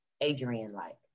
Adrian-like